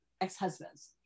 ex-husbands